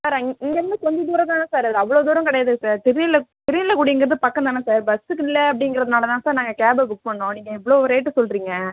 sir அங் இங்கேயிருந்து கொஞ்ச தூரோம் தானே சார் அதில் அவ்வளோ தூரம் கிடையாதே சார் திருநீல திருநீலக்குடி இங்கேருந்து பக்கம் தானே சார் பஸ்ஸுக்கு இல்லை அப்படிங்கிறதுனால தான் சார் நாங்கள் கேபை புக் பண்ணோம் நீங்கள் இவ்வளோ ரேட்டு சொல்கிறிங்க